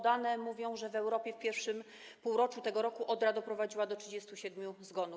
Dane mówią, że w Europie w pierwszym półroczu tego roku odra doprowadziła do 37 zgonów.